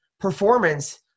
performance